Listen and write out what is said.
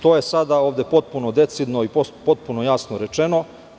To je sada ovde potpuno decidno i potpuno jasno rečeno.